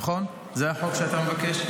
נכון, זה החוק שאתה מבקש?